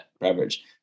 beverage